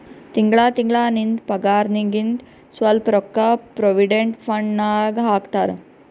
ತಿಂಗಳಾ ತಿಂಗಳಾ ನಿಂದ್ ಪಗಾರ್ನಾಗಿಂದ್ ಸ್ವಲ್ಪ ರೊಕ್ಕಾ ಪ್ರೊವಿಡೆಂಟ್ ಫಂಡ್ ನಾಗ್ ಹಾಕ್ತಾರ್